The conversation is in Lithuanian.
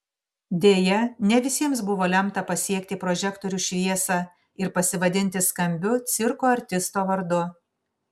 deja ne visiems buvo lemta pasiekti prožektorių šviesą ir pasivadinti skambiu cirko artisto vardu